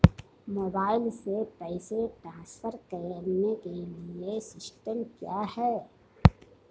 Mobile से पैसे transfer करने के लिए सिस्टम क्या है?